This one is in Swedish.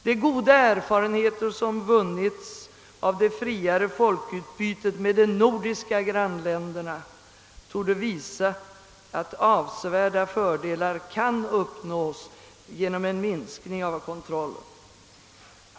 De goda erfarenheter som vunnits av det friare folkutbytet med de nordiska grannländerna torde visa att avsevärda fördelar kan uppnås genom en minskning av kontrollen.